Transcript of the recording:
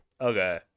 Okay